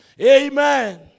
Amen